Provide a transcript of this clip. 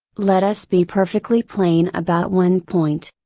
let us be perfectly plain about one point.